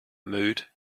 mood